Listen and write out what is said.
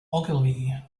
ogilvy